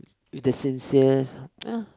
with the sincere